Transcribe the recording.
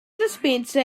dispenser